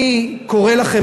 אני קורא לכם,